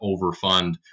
overfund